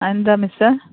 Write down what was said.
അതെന്താണ് മിസ്സെ